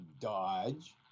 dodge